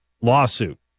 lawsuit